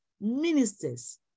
ministers